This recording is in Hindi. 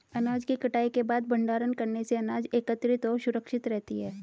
अनाज की कटाई के बाद भंडारण करने से अनाज एकत्रितऔर सुरक्षित रहती है